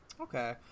Okay